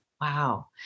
Wow